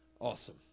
Awesome